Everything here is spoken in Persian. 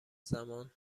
زمان